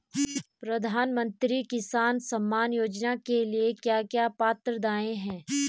प्रधानमंत्री किसान सम्मान योजना के लिए क्या क्या पात्रताऐं हैं?